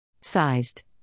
Sized